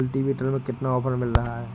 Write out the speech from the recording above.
Cultivator में कितना offer मिल रहा है?